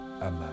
amen